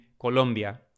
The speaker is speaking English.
colombia